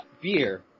Beer